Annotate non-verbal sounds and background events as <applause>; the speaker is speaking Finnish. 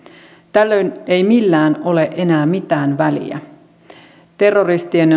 tällöin ei millään ole enää mitään väliä terroristien <unintelligible>